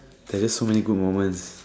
there's so many good moments